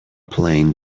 plane